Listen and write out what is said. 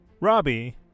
Robbie